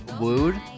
wooed